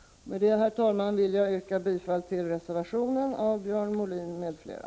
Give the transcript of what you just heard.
Med det, herr talman, vill jag yrka bifall till reservationen av Björn Molin m.fl.